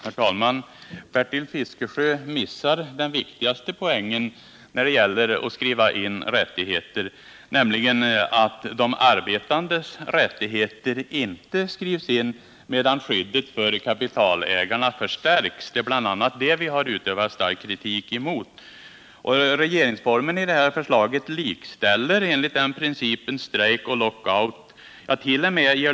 Herr talman! Bertil Fiskesjö missar den viktigaste poängen när det gäller att skriva in rättigheter, nämligen att de arbetandes rättigheter inte skrivs in, medan skyddet för kapitalägarna förstärks. Det är b!. a. det som vi har riktat stark kritik mot. Regeringsformen i det här förslaget likställer enligt den principen strejk och lockout, ja, gert.o.m.